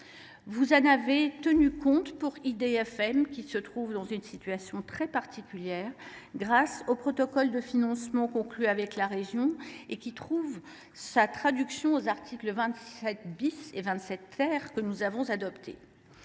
Île de France Mobilités (IDFM), qui se trouve dans une situation très particulière grâce au protocole de financement conclu avec la région, lequel trouve sa traduction aux articles 27 et 27 du PLF, que nous avons adoptés.